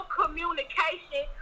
communication